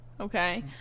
Okay